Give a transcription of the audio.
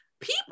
People